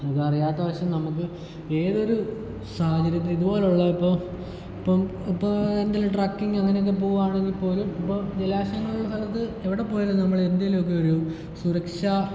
നമുക്കറിയാത്ത വശം നമുക്ക് ഏതൊരു സാഹചര്യത്തിലും ഇതുപോലുള്ള ഇപ്പോൾ ഇപ്പം ഇപ്പോൾ ട്രാക്കിങ് അങ്ങനൊക്കെ പോകുവാണെങ്കിൽ പോലും ഇപ്പം ജലാശയം അത് എവിടെ പോയി കഴിഞ്ഞാലും നമ്മളെന്തേലക്കെ ഒരു സുരക്ഷ